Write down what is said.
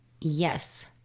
Yes